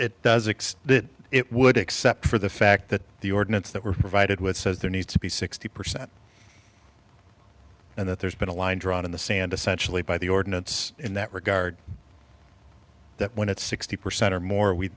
extend it it would except for the fact that the ordinance that were provided with says there needs to be sixty percent and that there's been a line drawn in the sand essentially by the ordinance in that regard that when it's sixty percent or more we